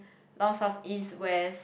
north south east west